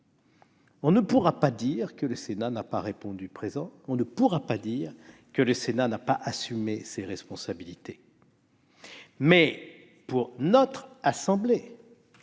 On ne pourra pas dire que le Sénat n'a pas répondu présent. On ne pourra pas dire que le Sénat n'a pas assumé ses responsabilités. Toutefois, pour notre assemblée,